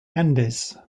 andes